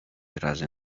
razy